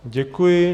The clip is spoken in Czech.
Děkuji.